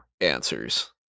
answers